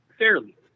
Fairly